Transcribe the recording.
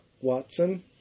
watson